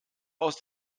aus